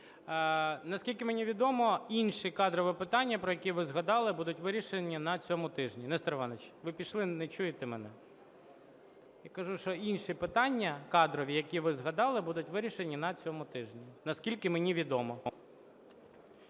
Наскільки мені відомо, інші кадрові питання, про які ви згадали, будуть вирішень на цьому тижні. Нестор Іванович, ви пішли? Не чуєте мене? Я кажу, що інші питання кадрові, які ви згадали, будуть вирішені на цьому тижні, наскільки мені відомо.